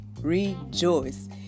rejoice